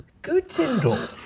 good, tindall.